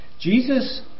Jesus